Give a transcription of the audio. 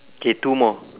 K two more